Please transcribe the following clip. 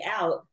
out